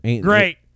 Great